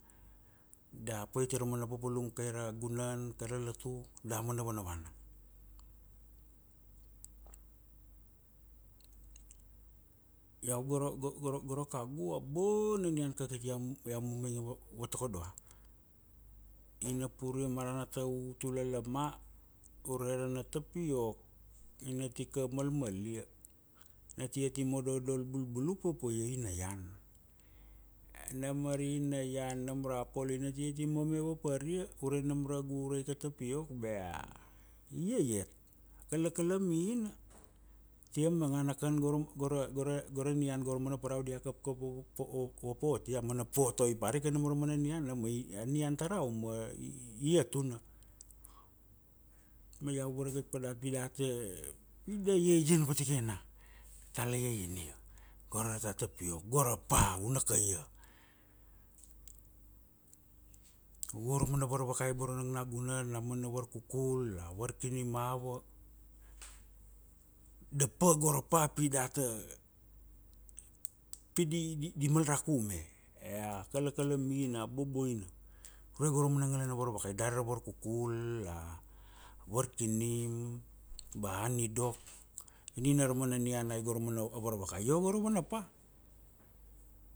da pait ia ra mana papalum kai ra gunan, kai ra lotu, damana vana vana. Iau go ra kagua a bona nian kakit iau vatakodoa, ina puria ma ra na ta utula lama ure ra ana tapiok, ina ti ka malmalia, na tia ti mododol bulbulu papa io ina ian. Nam ari ina ian, nam ra polo ina tia ti mome vapar ia ure nam ra agu ura ika tapiok bea, iaiat, akala kalamina, tia manga na kan go ra go ra nian, go ra mana parau dia kakap vapot ia, a mana potoi parika nomo ra mana nian, a nian ta ra a uma ia tuna. Ma iau varagat pa dat pi data, pi da iaian vatikena, data iaiania, go ra data tapiok, go ra pa, u na kaia. mana varvakai nang nagunan, a mana varkukul, a varkinim ava, da pa go ra pa pi data, di mal ra ku me, ea kala kalamina a boboina, ure go ra mana ngala na varvakai dari ra varkukul, a varkinim ba anidok. Nina ra mana nian ai go ra mana varvakai io go ra vana pa.